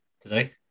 today